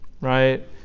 right